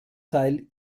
teil